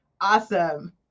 awesome